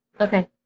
Okay